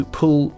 pull